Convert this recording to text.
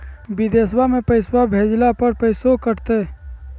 बिदेशवा मे पैसवा भेजे पर पैसों कट तय?